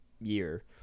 year